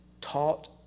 taught